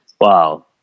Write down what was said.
Wow